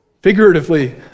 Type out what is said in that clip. figuratively